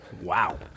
Wow